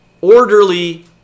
orderly